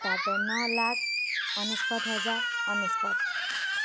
ତାପରେ ନଅ ଲାକ୍ଷ ଅନେଶପତ ହଜାର ଅନେଶପତ